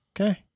Okay